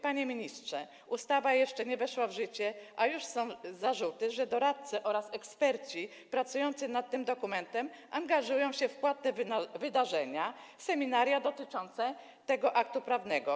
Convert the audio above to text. Panie ministrze, ustawa jeszcze nie weszła w życie, a już są zarzuty, że doradcy oraz eksperci pracujący nad tym dokumentem angażują się w płatne wydarzenia, seminaria dotyczące tego aktu prawnego.